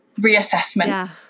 reassessment